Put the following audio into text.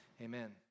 Amen